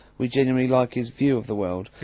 we genuinely like his view of the world.